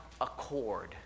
accord